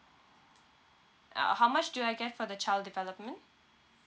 uh how much do I get for the child development